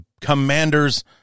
commanders